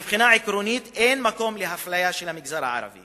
מבחינה עקרונית אין מקום לאפליה של המגזר הערבי